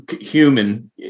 human